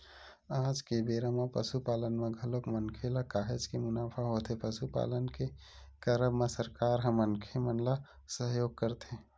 आज के बेरा म पसुपालन म घलोक मनखे ल काहेच के मुनाफा होथे पसुपालन के करब म सरकार ह मनखे मन ल सहयोग करथे